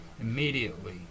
immediately